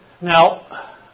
Now